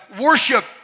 worship